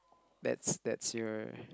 that's that's your